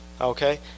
okay